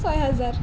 ছয় হাজাৰ